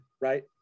right